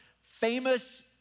famous